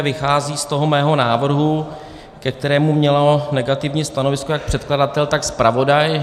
Vychází z mého návrhu, ke kterému měl negativní stanovisko jak předkladatel, tak zpravodaj.